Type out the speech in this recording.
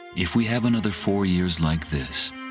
if we have another four years like this,